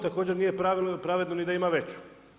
Također nije pravedno ni da ima veću.